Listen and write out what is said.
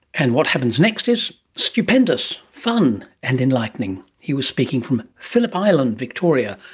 and what happens next is stupendous, fun and enlightening. he was speaking from phillip island, victoria,